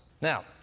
Now